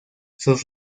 sus